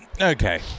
Okay